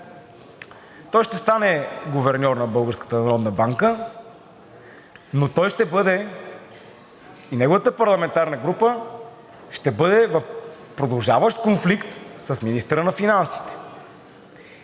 Българската народна банка, но той ще бъде и неговата парламентарна група ще бъде в продължаващ конфликт с министъра на финансите.